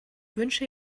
wünsche